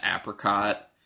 apricot